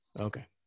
Okay